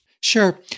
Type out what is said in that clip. Sure